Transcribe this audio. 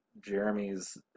Jeremy's